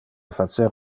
facer